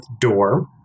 door